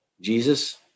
Jesus